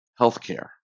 healthcare